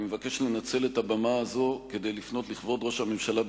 אני מבקש לנצל את הבמה הזו כדי לפנות לכבוד ראש הממשלה,